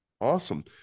Awesome